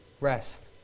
rest